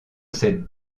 cette